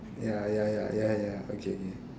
ya ya ya ya ya okay